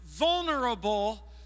Vulnerable